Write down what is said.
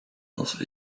als